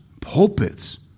pulpits